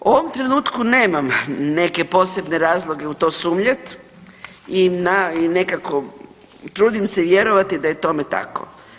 U ovom trenutku nemam neke posebne razloge u to sumnjati i na, nekako, trudim se vjerovati da je tome tako.